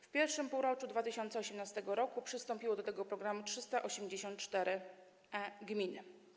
W I półroczu 2018 r. przystąpiły do tego programu 384 gminy.